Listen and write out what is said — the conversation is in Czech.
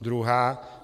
Druhá.